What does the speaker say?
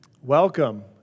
Welcome